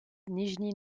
nijni